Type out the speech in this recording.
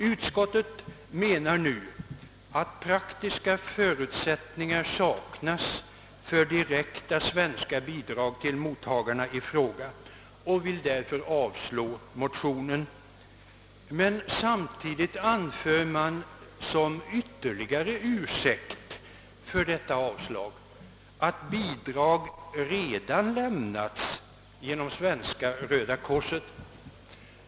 Utskottet menar nu att praktiska förutsättningar saknas för direkta svenska bidrag till mottagarna i fråga och avstyrker därför bifall till motionen. Men samtidigt anför man som ytterligare ursäkt för detta avstyrkande att bidrag redan lämnats genom svenska Röda korset.